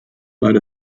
light